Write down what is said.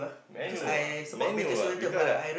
Man-U ah Man-U ah because I